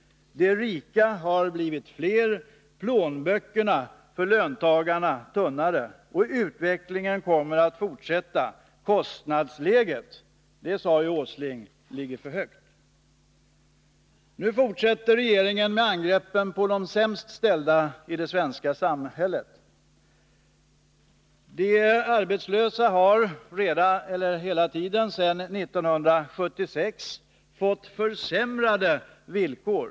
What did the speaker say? De rika har blivit fler och plånböckerna för löntagarna tunnare. Och utvecklingen kommer att fortsätta — kostnadsläget säger ju Nils Åsling ligger för högt. Nu fortsätter regeringen angreppen mot de sämst ställda i det svenska samhället. De arbetslösa har alltsedan 1976 fått försämrade villkor.